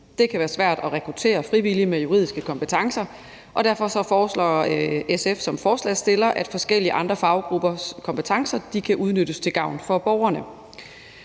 Det kan være svært at rekruttere frivillige med juridiske kompetencer, og derfor foreslår SF som forslagsstillere, at forskellige andre faggruppers kompetencer kan udnyttes til gavn for borgerne.